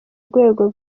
rwego